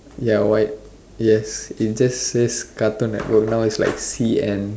ya white yes it just says cartoon network now it's like C N